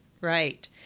Right